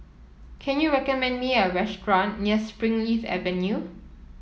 can you recommend me a restaurant near Springleaf Avenue